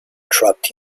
trapped